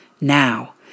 Now